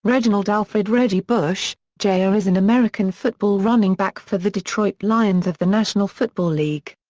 reginald alfred reggie bush, jr. is an american football running back for the detroit lions of the national football league.